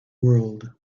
world